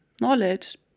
knowledge